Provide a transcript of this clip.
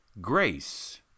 grace